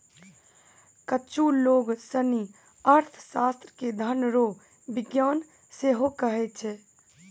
कुच्छु लोग सनी अर्थशास्त्र के धन रो विज्ञान सेहो कहै छै